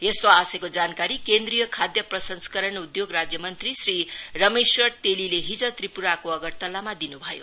यस्तो आशयको जानकारी केन्द्रीय खाद्य प्रसंस्करण उद्घोग राज्यमंत्री श्री रमेश्वर तेलीले हिज त्रिपुराको अगरतलामा दिनु भयो